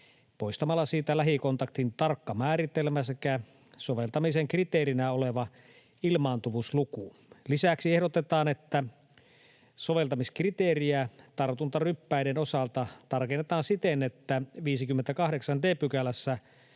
poistamalla siitä lähikontaktin tarkka määritelmä sekä soveltamisen kriteerinä oleva ilmaantuvuusluku. Lisäksi ehdotetaan, että soveltamiskriteeriä tartuntaryppäiden osalta tarkennetaan siten, että 58 d §:ssä